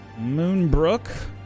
Moonbrook